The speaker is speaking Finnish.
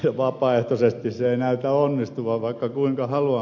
vapaaehtoisesti se ei näytä onnistuvan vaikka kuinka haluan